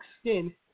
skin